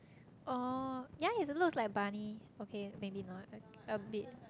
oh yea it looks like bunny okay maybe not a a bit